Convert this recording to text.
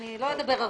אני לא אדבר הרבה.